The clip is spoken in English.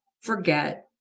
forget